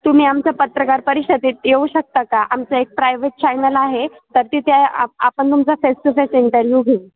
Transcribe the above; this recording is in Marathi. तुम्ही आमचं पत्रकार परिषदेत येऊ शकता का आमचं एक प्रायव्हेट चॅनल आहे तर तिथे आ आपण तुमचा फेस टू फेस इंटरव्ह्यू घेऊ